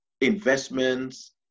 investments